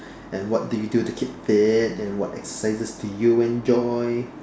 and what do you do to keep fit and what exercises do you enjoy